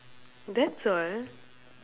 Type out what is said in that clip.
that's all